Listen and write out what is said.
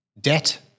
debt